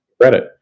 credit